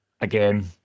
Again